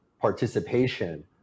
participation